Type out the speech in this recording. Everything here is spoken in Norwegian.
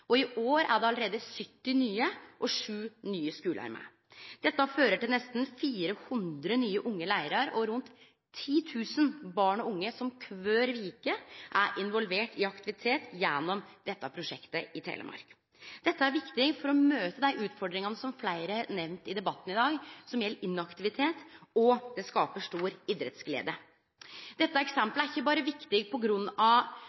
i år er det allereie 70 nye unge leiarar og 7 nye skular med. Dette fører til nesten 400 nye unge leiarar og rundt 10 000 barn og unge som kvar veke er involverte i aktivitet gjennom dette prosjektet i Telemark. Dette er viktig for å møte dei utfordringane rundt inaktivitet, som fleire har nemnt i debatten i dag, og det skaper stor idrettsglede. Dette eksemplet er ikkje berre viktig på grunn av